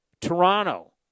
Toronto